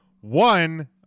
One